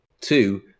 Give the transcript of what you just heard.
two